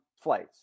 flights